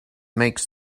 makes